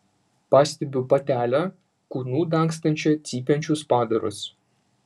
pastebiu patelę kūnu dangstančią cypiančius padarus